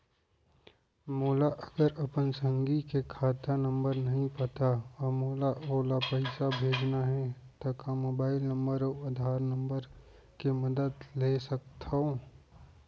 मोला अगर अपन संगी के खाता नंबर नहीं पता अऊ मोला ओला पइसा भेजना हे ता का मोबाईल नंबर अऊ आधार नंबर के मदद ले सकथव?